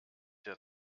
der